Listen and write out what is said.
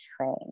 train